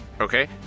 Okay